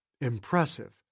Impressive